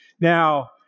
Now